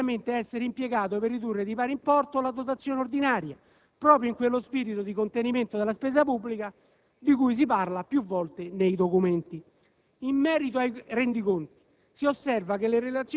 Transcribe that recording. Questo importo, viceversa, avrebbe dovuto correttamente essere impiegato per ridurre di pari importo la dotazione ordinaria, proprio in quello spirito di contenimento della spesa pubblica di cui si parla più volte nei documenti.